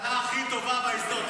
ממשלה הכי טובה בהיסטוריה.